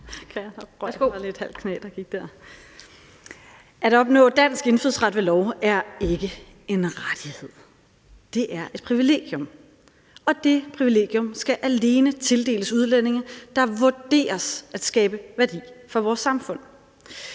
At opnå dansk indfødsret ved lov er ikke en rettighed, det er et privilegium, og det privilegium skal alene tildeles udlændinge, der vurderes at skabe værdi for vores samfund.